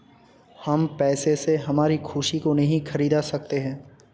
हम पैसे से हमारी खुशी को नहीं खरीदा सकते है